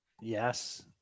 Yes